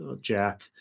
Jack